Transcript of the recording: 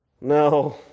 No